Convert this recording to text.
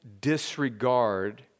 disregard